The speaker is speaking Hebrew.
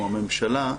או הממשלה.